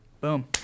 Boom